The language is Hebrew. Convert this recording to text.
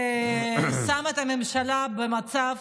זה שם את הממשלה במצב,